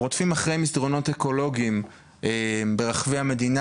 רודפים אחרי מסדרונות אקולוגיים ברחבי המדינה